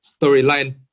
storyline